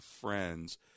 friends